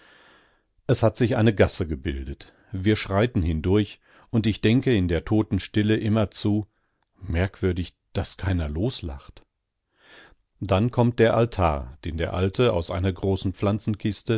es hat sich eine gasse gebildet wir schreiten hindurch und ich denke in der totenstille immerzu merkwürdig daß keiner loslacht dann kommt der altar den der alte aus einer großen